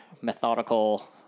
methodical